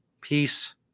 peace